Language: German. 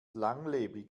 langlebig